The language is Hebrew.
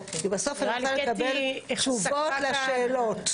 והצהרות כי אני רוצה לקבל תשובות לשאלות.